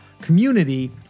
community